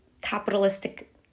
capitalistic